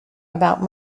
about